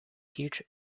teach